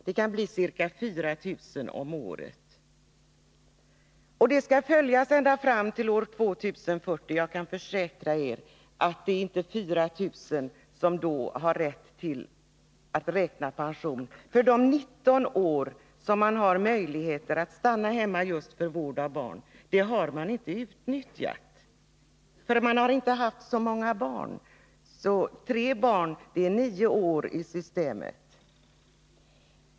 Det kan gälla ca 4 000 personer om året, och registreringen skall pågå ända fram till år 2040. Jag kan försäkra er att det inte är 4 000 som då har rätt till pension, eftersom man inte har utnyttjat de 19 år som man kan stanna hemma för vård av barn. Man har inte haft så många barn — tre barn innebär 9 år i systemet.